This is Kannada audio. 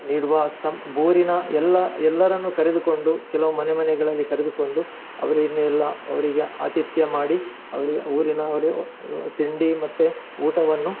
ನೀಡುವ ಸಂಪ್ ಊರಿನ ಎಲ್ಲ ಎಲ್ಲರನ್ನು ಕರೆದುಕೊಂಡು ಕೆಲವು ಮನೆ ಮನೆಗಳಲ್ಲಿ ಕರೆದುಕೊಂಡು ಅವರನ್ನೆಲ್ಲ ಅವರಿಗೆ ಆತಿಥ್ಯ ಮಾಡಿ ಅವರಿಗೆ ಊರಿನವರು ತಿಂಡಿ ಮತ್ತು ಊಟವನ್ನು